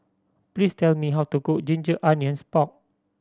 please tell me how to cook ginger onions pork